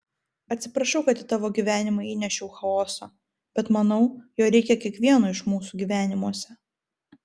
atsiprašau kad į tavo gyvenimą įnešiau chaoso bet manau jo reikia kiekvieno iš mūsų gyvenimuose